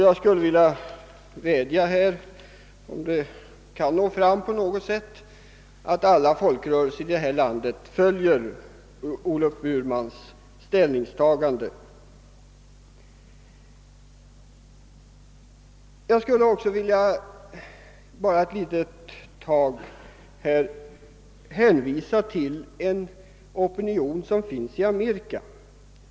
Jag skulle vilja vädja här, om det kan nå fram på något sätt, att alla folkrörelser i det här landet följer Olof Burmans ställningstagande. Jag skulle också för ett par ögonblick vilja hänvisa till den opinion som finns i USA.